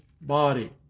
body